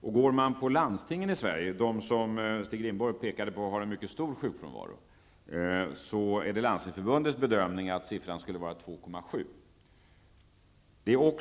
Tittar man på landstingen i Sverige, vilka Stig Rindborg pekade på har en mycket stor sjukfrånvaro, är det Landstingsförbundets bedömning att siffran skall vara 2,7.